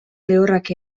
lehorrak